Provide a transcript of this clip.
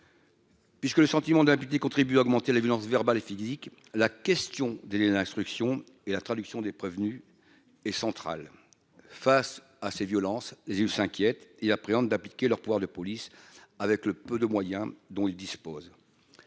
Puisque le sentiment d'impunité contribue à augmenter les violences verbales et physiques, la question des les instructions et la traduction des prévenus et centrale face à ces violences, les s'inquiète et appréhende d'appliquer leurs pouvoirs de police, avec le peu de moyens dont il dispose,